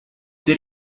did